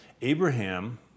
Abraham